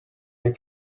you